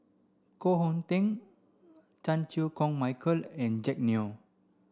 Koh Hong Teng Chan Chew Koon Michael and Jack Neo